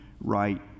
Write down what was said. right